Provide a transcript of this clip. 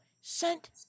sent